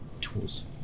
tools